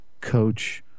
coach